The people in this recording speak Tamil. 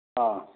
ஆ